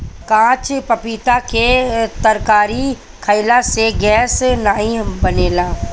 काच पपीता के तरकारी खयिला से गैस नाइ बनेला